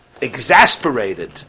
exasperated